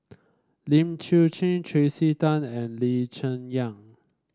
Lim Chwee Chian Tracey Tan and Lee Cheng Yan